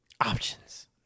Options